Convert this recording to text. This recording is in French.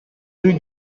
rue